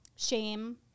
Shame